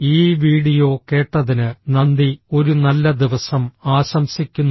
ഈ വീഡിയോ കേട്ടതിന് നന്ദി ഒരു നല്ല ദിവസം ആശംസിക്കുന്നു